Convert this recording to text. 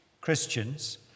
Christians